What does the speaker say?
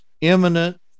imminent